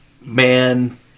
Man